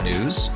News